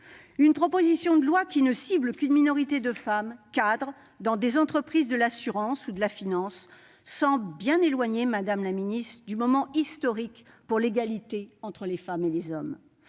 Une proposition de loi qui ne cible qu'une minorité de femmes, cadres dans des entreprises de l'assurance ou de la finance, semble bien éloignée, madame la ministre, du moment historique pour l'égalité entre les femmes et les hommes